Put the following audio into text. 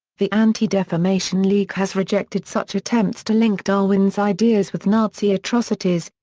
the anti-defamation league has rejected such attempts to link darwin's ideas with nazi atrocities,